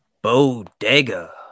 Bodega